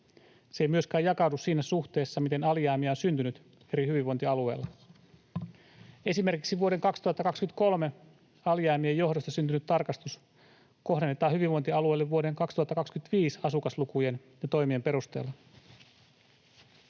Se ei myöskään jakaudu siinä suhteessa, miten alijäämiä on syntynyt eri hyvinvointialueilla. Esimerkiksi vuoden 2023 alijäämien johdosta syntynyt tarkastus kohdennetaan hyvinvointialueille vuoden 2025 asukaslukujen ja toimien perusteella.